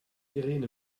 irene